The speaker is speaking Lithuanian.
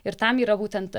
ir tam yra būtent